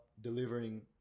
delivering